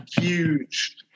Huge